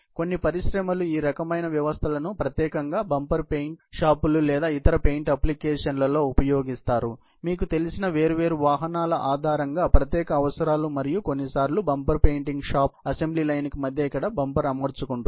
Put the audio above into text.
కొన్నిపరిశ్రమలు ఈ రకమైన వ్యవస్థలను ప్రత్యేకంగా బంపర్ పెయింట్ షాపులు లేదా ఇతర పెయింట్ అప్లికేషన్స్లలో ఉపాయూగిస్తాయి మీకు తెలిసి వేర్వేరు వాహనాల ఆధారంగా ప్రత్యేక అవసరాలు మరియు కొన్నిసార్లు bumper paint shop assembly line కి మధ్య ఇక్కడ బంపర్ అమర్చబడుతుంది